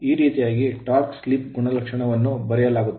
ಈ ರೀತಿಯಾಗಿ torque slip torque slip ಗುಣಲಕ್ಷಣವನ್ನು ಬರೆಯಲಾಗುತ್ತದೆ